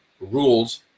rules